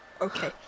okay